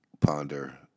ponder